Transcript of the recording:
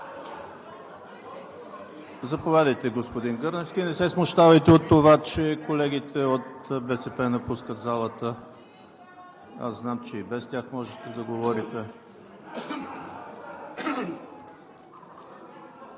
Заповядайте, господин Гърневски. Не се смущавайте от това, че колегите от БСП напускат залата. Аз знам, че и без тях можете да говорите.